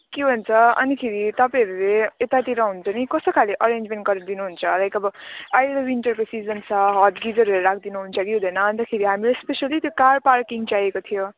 के भन्छ अनिखेरि तपाईँहरूले यतातिर हुन्छ नि कस्तो खाले अरेन्जमेन्ट गरिदिनु हुन्छ लाइक अब अहिले विन्टरको सिजन छ हट गिजरहरू राखिदिनु हुन्छ कि हुँदैन अन्तखेरि हाम्रो स्पेसियल्ली त्यो कार पार्किङ चाहिएको थियो